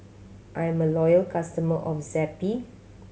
I am a loyal customer of Zappy